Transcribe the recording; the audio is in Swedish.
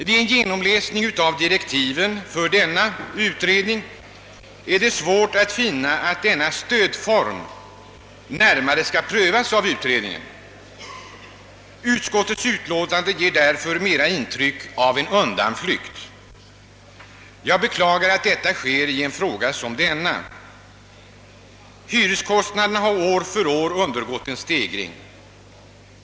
Vid en genomläsning av direktiven för denna utredning är det svårt att finna, att denna stödform närmare skall prövas av utredningen. Utskottets utlåtande ger därför mera intryck av en undanflykt. Jag beklagar att detta sker i en fråga som denna. Hyreskostnaderna har år för år undergått en stegring.